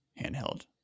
handheld